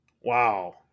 Wow